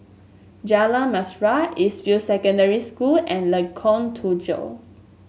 Jalan Mesra East View Secondary School and Lengkok Tujoh